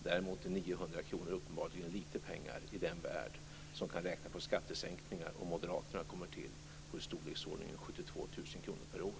Däremot är 900 kr uppenbarligen litet pengar i den värld som kan räkna med skattesänkningar om moderaterna kommer till i storleksordningen 72 000 kr per år.